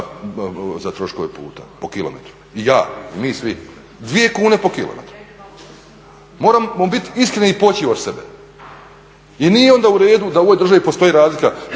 za troškove puta po kilometru i ja i mi svi? 2 kune po km. Moramo biti iskreni i poći od sebe. I nije onda u redu da u ovoj državi postoji razlika.